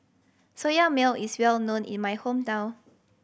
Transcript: Soya Milk is well known in my hometown